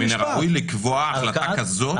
מן הראוי לקבוע החלטה כזאת,